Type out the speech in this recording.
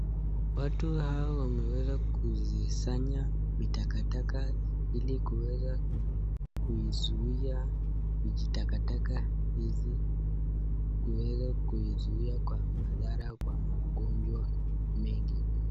Watu hawa wameweza kusizanya vitakataka ili kuweza kuizuia vijitakataka hivi kuweza kuizia kwa madhara kwa magonjwa mengi.